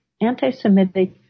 anti-Semitic